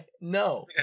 No